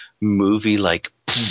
movie-like